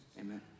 Amen